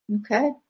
Okay